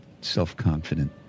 self-confident